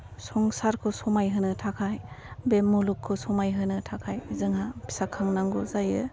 संसारखौ समाय होनो थाखाय बे मुलुगखौ समाय होनो थाखाय जोङो फिसा खांनांगौ जायो